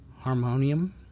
harmonium